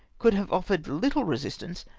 could have offered little resistance,